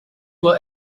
were